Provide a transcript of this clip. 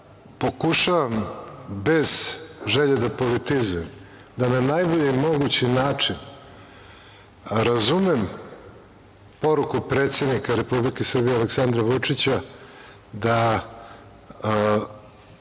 usvojio. Pokušavam, bez želje da politizujem, da na najbolji mogući način razumem poruku predsednika Republike Srbije Aleksandra Vučića da